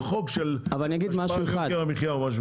חוק של השפעה על יוקר המחיה או משהו.